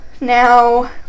Now